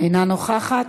אינה נוכחת.